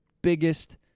Biggest